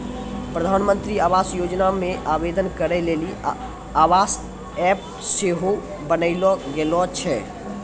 प्रधानमन्त्री आवास योजना मे आवेदन करै लेली आवास ऐप सेहो बनैलो गेलो छै